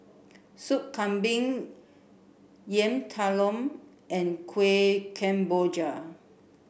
Soup Kambing Yam Talam and Kuih Kemboja